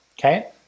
okay